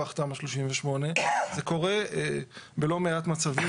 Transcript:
מכוח תמ"א 38. זה קורה בלא מעט מצבים.